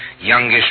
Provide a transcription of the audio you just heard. youngish